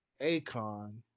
Akon